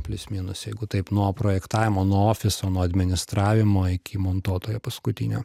plius minus jeigu taip nuo projektavimo nuo ofiso nuo administravimo iki montuotojo paskutinio